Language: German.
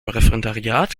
referendariat